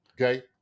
okay